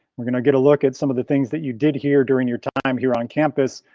we're gonna get a look at some of the things that you did here during your time here on campus.